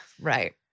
Right